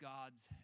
God's